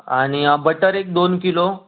आणि बटर एक दोन किलो